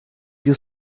your